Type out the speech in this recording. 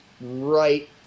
right